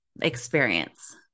experience